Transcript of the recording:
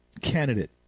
candidate